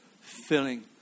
filling